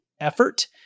effort